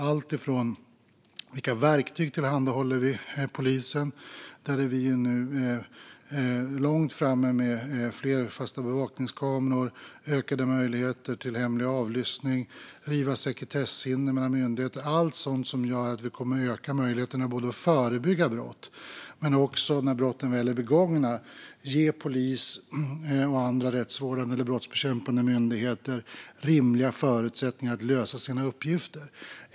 Det handlar om vilka verktyg som tillhandahålls polisen - och där är vi nu långt framme med fler fasta bevakningskameror, ökade möjligheter till hemlig avlyssning och att riva sekretessregler mellan myndigheter. Allt sådant ger ökade möjligheter att förebygga brott, och när brotten väl är begångna ger det polis och andra rättsvårdande eller brottsbekämpande myndigheter rimliga förutsättningar att lösa sina uppgifter.